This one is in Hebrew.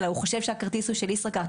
אלא הוא חושב שהכרטיס הוא של ישראכרט,